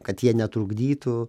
kad jie netrukdytų